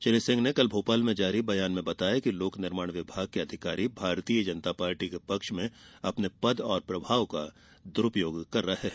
श्री सिंह ने कल भोपाल में जारी बयान में आरोप लगाया कि लोक निर्माण विभाग के अधिकारी भारतीय जनता पार्टी के पक्ष में अपने पद और प्रभाव का दुरूपयोग कर रहे हैं